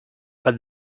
but